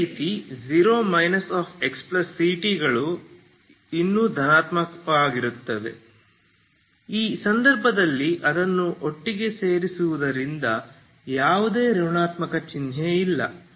ಅದೇ ರೀತಿ 0 xct ಗಳು ಇನ್ನೂ ಧನಾತ್ಮಕವಾಗಿರುತ್ತವೆ ಈ ಸಂದರ್ಭದಲ್ಲಿ ಅದನ್ನು ಒಟ್ಟಿಗೆ ಸೇರಿಸುವುದರಿಂದ ಯಾವುದೇ ಋಣಾತ್ಮಕ ಚಿಹ್ನೆ ಇಲ್ಲ